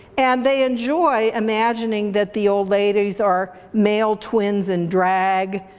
and they enjoy imagining that the old ladies are male twins in drag,